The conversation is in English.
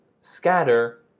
scatter